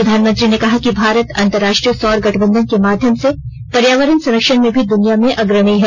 प्रधानमंत्री ने कहा कि भारत अंतर्राष्ट्रीय सौर गठबंधन के माध्यम से पर्यावरण संरक्षण में भी दुनिया में अग्रणी है